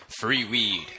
freeweed